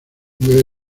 debe